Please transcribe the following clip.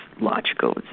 logical